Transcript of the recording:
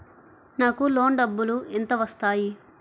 నాకు లోన్ డబ్బులు ఎంత వస్తాయి?